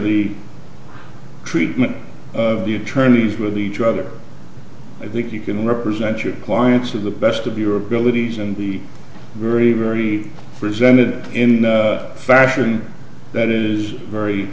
the treatment of the attorneys with each other i think you can represent your clients to the best of your abilities and be very very presented in a fashion that is very